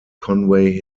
conway